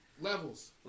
levels